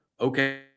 okay